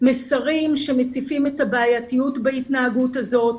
מסרים שמציפים את הבעייתיות בהתנהגות הזאת,